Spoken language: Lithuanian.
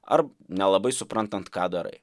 ar nelabai suprantant ką darai